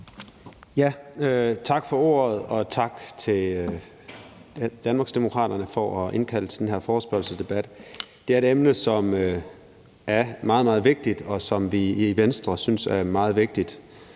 Tak for ordet, og tak til Danmarksdemokraterne for at indkalde til den her forespørgselsdebat. Det er et emne, som vi i Venstre synes er meget, meget